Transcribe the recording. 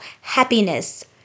happiness